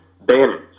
Bannon